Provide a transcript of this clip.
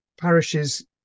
parishes